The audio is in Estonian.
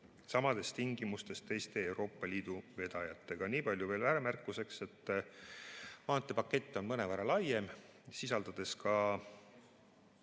samades tingimustes teiste Euroopa Liidu vedajatega. Niipalju veel ääremärkuseks, et maanteepakett on mõnevõrra laiem, sisaldades ka